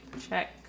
check